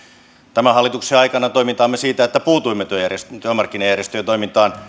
tämän hallituksen aikana toimintaamme siitä että puutuimme työmarkkinajärjestöjen toimintaan